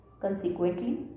Consequently